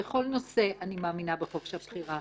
בכל נושא אני מאמינה בחופש הבחירה.